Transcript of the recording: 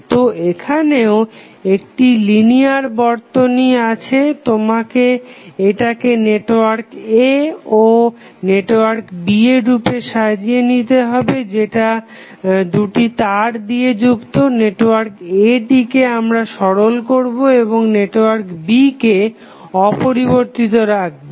তো এখানেও একটি লিনিয়ার বর্তনী দেওয়া আছে তোমাকে এটাকে নেটওয়ার্ক A ও নেটওয়ার্ক B এর রূপে সাজিয়ে নিতে হবে যেটা দুটি তার দিয়ে যুক্ত নেটওয়ার্ক A টিকে আমরা সরল করবো এবং নেটওয়ার্ক B কে অপরিবর্তিত রাখবো